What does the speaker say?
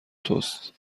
توست